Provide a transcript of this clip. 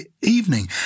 evening